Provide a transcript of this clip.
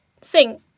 Sing